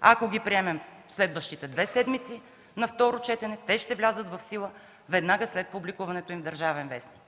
Ако ги приемем следващите две седмици на второ четене, те ще влязат в сила веднага след публикуването им в „Държавен вестник”